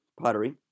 pottery